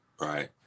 right